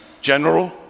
general